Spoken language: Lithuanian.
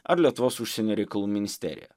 ar lietuvos užsienio reikalų ministeriją